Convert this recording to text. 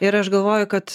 ir aš galvoju kad